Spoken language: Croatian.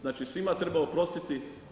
Znači svima treba oprostiti.